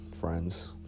friends